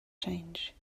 change